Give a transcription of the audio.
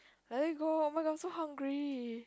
I need go oh-my-god so hungry